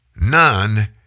None